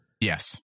Yes